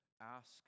ask